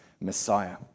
Messiah